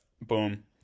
Boom